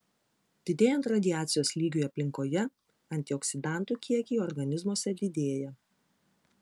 didėjant radiacijos lygiui aplinkoje antioksidantų kiekiai organizmuose didėja